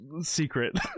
secret